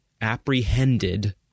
apprehended